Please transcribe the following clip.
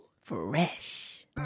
Fresh